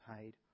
paid